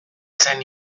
zen